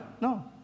No